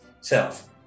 self